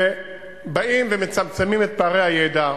באים ומצמצמים את פערי הידע.